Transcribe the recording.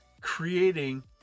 creating